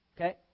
Okay